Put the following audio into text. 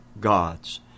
gods